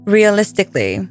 Realistically